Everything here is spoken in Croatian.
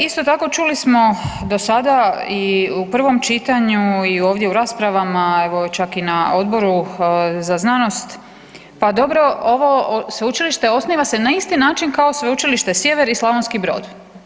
Isto tako čuli smo do sada i u prvom čitanju i ovdje u raspravama, evo čak i na Odboru za znanost, pa dobro ovo sveučilište osniva se na isti način kao Sveučilište Sjever i Slavonski Brod.